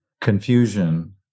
confusion